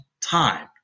time